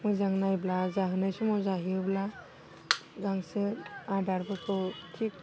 मोजां नायब्ला जाहोनाय समाव जोहोयोब्ला गांसो आदारफोरखौ थिक